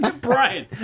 Brian